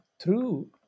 True